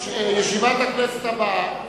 ישיבת הכנסת הבאה